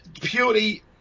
purely